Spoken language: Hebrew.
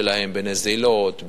בנזילות,